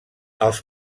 els